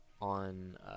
on